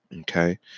Okay